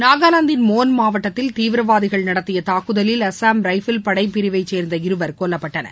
நாகாலாந்தின் மோன் மாவட்டத்தில் தீவிரவாதிகள் நடத்திய தாக்குதலில் அசாம் ரைபிள் படை பிரிவை சேர்ந்த இருவர் கொல்லப்பட்டனர்